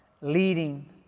leading